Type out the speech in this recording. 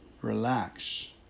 Relax